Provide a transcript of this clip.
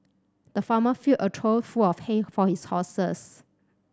the farmer filled a trough full of hay for his horses